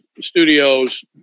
studios